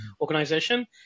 organization